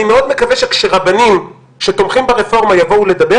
אני מאוד מקווה שכשרבנים שתומכים ברפורמה יבואו לדבר